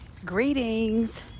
Greetings